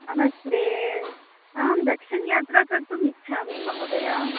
नमस्ते अहं दक्षिणयात्रां कर्तुम् इच्छामि महोदय